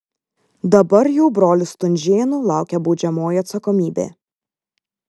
dabar jau brolių stunžėnų laukia baudžiamoji atsakomybė